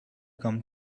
come